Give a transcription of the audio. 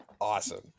awesome